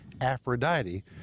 Aphrodite